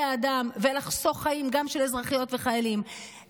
אדם ולחסוך גם חיים של אזרחיות וחיילים,